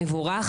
זה מבורך,